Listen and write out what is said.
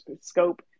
scope